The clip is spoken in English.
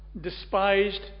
despised